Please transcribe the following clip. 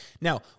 Now